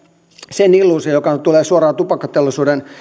sen illuusion joka tulee suoraan tupakkateollisuuden